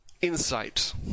Insight